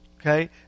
Okay